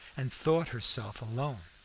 and thought herself alone,